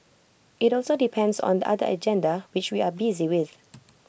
IT also depends on other agenda which we are busy with